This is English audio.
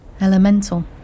elemental